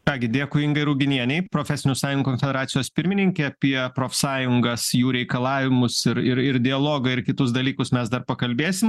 ką gi dėkui ingai ruginienei profesinių sąjungų konfederacijos pirmininkė apie profsąjungas jų reikalavimus ir ir ir dialogą ir kitus dalykus mes dar pakalbėsim